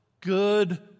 Good